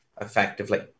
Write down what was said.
effectively